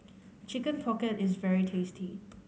Chicken Pocket is very tasty